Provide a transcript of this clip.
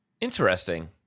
Interesting